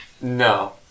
No